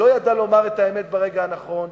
שלא ידע לומר את האמת ברגע הנכון,